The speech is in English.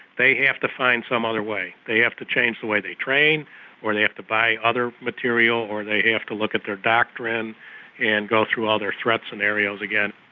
they have to find some other way. they have to change the way they train or they have to buy other material or they have to look at their doctrine and go through all their threat scenarios again.